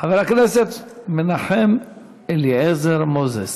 חבר הכנסת מנחם אליעזר מוזס,